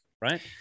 right